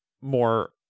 more